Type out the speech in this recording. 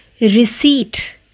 receipt